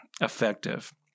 effective